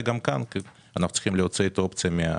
גם כאן אנחנו צריכים להוציא את האופציה.